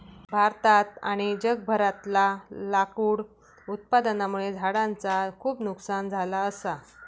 भारतात आणि जगभरातला लाकूड उत्पादनामुळे झाडांचा खूप नुकसान झाला असा